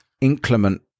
inclement